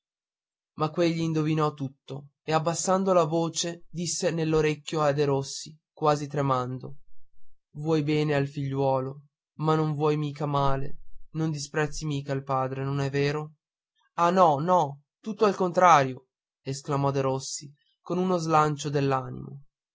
ma quegli indovinò tutto e abbassando la voce disse nell'orecchio a derossi quasi tremando vuoi bene al figliuolo ma non vuoi mica male non disprezzi mica il padre non è vero ah no no tutto al contrario esclamò derossi con uno slancio